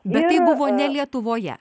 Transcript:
bet tai buvo ne lietuvoje